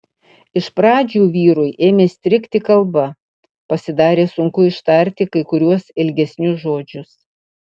iš pradžių vyrui ėmė strigti kalba pasidarė sunku ištarti kai kuriuos ilgesnius žodžius